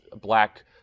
black